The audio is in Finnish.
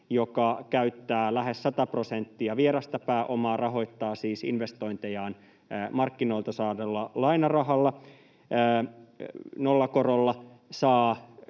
joka käyttää lähes 100 prosenttia vierasta pääomaa — rahoittaa siis investointejaan markkinoilta saadulla lainarahalla nollakorolla